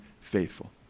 faithful